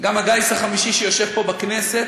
גם הגיס החמישי שיושב פה, בכנסת,